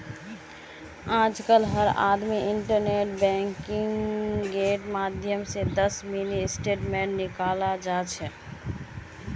आजकल हर आदमी इन्टरनेट बैंकिंगेर माध्यम स दस मिनी स्टेटमेंट निकाल जा छ